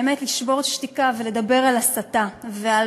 באמת לשבור שתיקה ולדבר על הסתה ועל